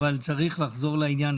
אבל צריך לחזור לעניין.